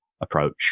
approach